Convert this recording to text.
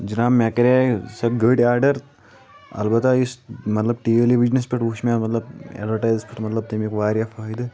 جناب مےٚ کرے سۄ گٔرۍ آرڈر البتہ یُس مطلب ٹیلی وجنس پٮ۪ٹھ وُچھ مےٚ مطلب اٮ۪ڈواٹایِز مطلب تمیُک واریاہ فٲیدٕ